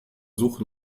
suche